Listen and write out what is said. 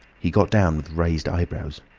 he got down with raised eyebrows.